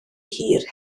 hir